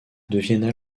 deviennent